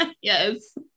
Yes